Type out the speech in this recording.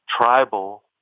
tribal